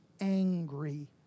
angry